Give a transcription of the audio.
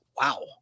Wow